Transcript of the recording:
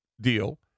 deal